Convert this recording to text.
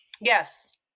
Yes